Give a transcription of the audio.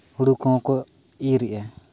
ᱦᱩᱲᱩ ᱠᱚᱦᱚᱸ ᱠᱚ ᱤᱨ ᱮᱜᱼᱟ